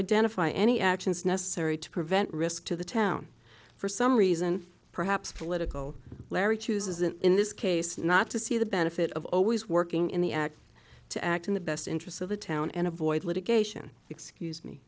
identify any actions necessary to prevent risk to the town for some reason perhaps political larry chooses it in this case not to see the benefit of always working in the act to act in the best interests of the town and avoid litigation excuse me